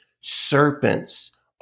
Serpents